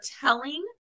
telling